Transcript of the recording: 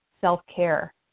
self-care